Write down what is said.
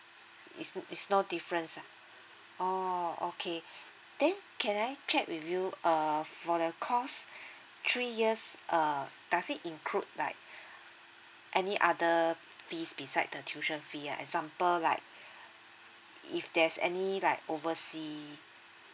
it's it's no difference ah oh okay then can I check with you uh for the course three years uh does it include like any other fees beside the tuition fee ah example like if there's any like oversea